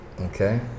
Okay